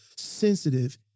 sensitive